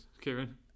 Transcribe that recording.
Kieran